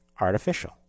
artificial